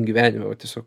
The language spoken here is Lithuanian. gyvenime va tiesiog